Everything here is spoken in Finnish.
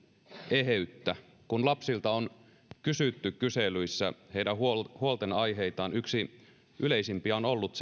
eheyttä kun lapsilta on kysytty kyselyissä heidän huolenaiheitaan yksi yleisimpiä on ollut